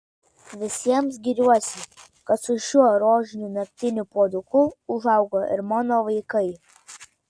visiems giriuosi kad su šiuo rožiniu naktiniu puoduku užaugo ir mano vaikai